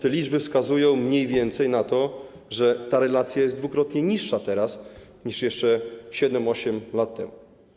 Te liczby wskazują mniej więcej na to, że ta relacja jest dwukrotnie niższa teraz niż jeszcze 7–8 lat temu.